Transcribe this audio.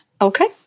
Okay